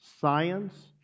Science